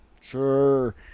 Sure